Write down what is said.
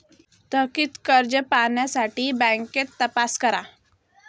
थकित कर्ज पाहण्यासाठी बँकेत तपास करा